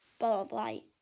ball of light.